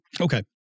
Okay